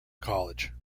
college